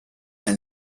and